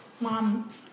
mom